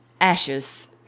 Ashes